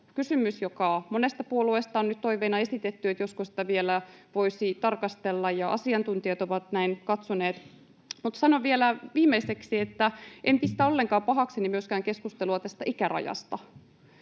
kysymys, josta on monesta puolueesta nyt toiveena esitetty, josko sitä vielä voisi tarkastella, ja asiantuntijat ovat näin katsoneet. Mutta sanon vielä viimeiseksi, että en pistä ollenkaan pahakseni myöskään keskustelua tästä ikärajasta.